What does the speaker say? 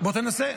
בוא תנסה.